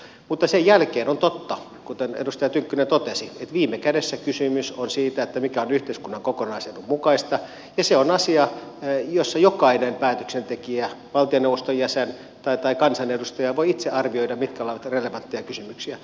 mutta sen jälkeen on totta kuten edustaja tynkkynen totesi että viime kädessä kysymys on siitä mikä on yhteiskunnan kokonaisedun mukaista ja se on asia jossa jokainen päätöksentekijä valtioneuvoston jäsen tai kansanedustaja voi itse arvioida mitkä ovat relevantteja kysymyksiä